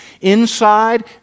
Inside